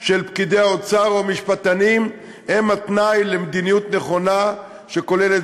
של פקידי האוצר או המשפטנים הן התנאי למדיניות נכונה שכוללת